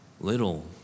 little